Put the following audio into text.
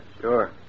Sure